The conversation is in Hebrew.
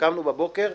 קמנו בבוקר,